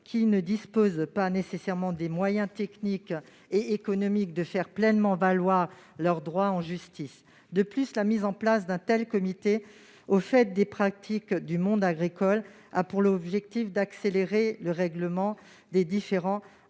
qui ne disposent pas nécessairement des moyens techniques et économiques de faire pleinement valoir leurs droits en justice. De plus, la mise en place d'un tel comité, au fait des pratiques du monde agricole, a pour objectif d'accélérer le règlement des différends